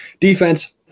Defense